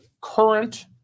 current